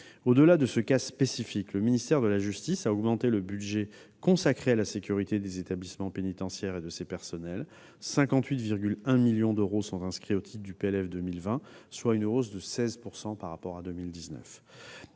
Au-delà de ce cas spécifique, le ministère de la justice a augmenté le budget consacré à la sécurité des établissements pénitentiaires et de son personnel ; ainsi, 58,1 millions d'euros sont inscrits au titre du projet de loi de finances pour 2020, soit une hausse de 16 % par rapport à 2019.